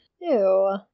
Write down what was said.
Ew